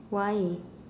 why